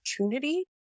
opportunity